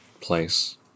place